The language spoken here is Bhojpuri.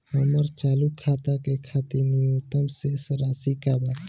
हमार चालू खाता के खातिर न्यूनतम शेष राशि का बा?